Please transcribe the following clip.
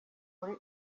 muri